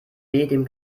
dem